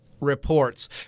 reports